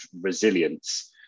resilience